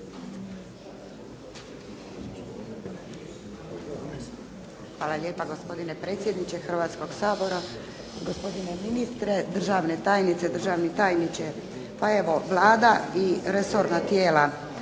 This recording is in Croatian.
Hvala lijepa gospodine predsjedniče Hrvatskoga sabora, gospodine ministre, državne tajnice, državni tajniče. Pa evo Vlada i resorna tijela